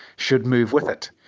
should move with it.